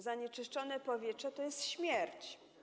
Zanieczyszczone powietrze to jest śmierć.